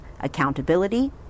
accountability